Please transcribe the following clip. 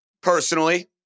Personally